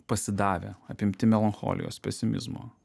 pasidavę apimti melancholijos pesimizmo